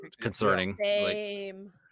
concerning